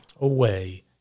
away